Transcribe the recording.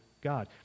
God